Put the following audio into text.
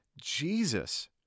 Jesus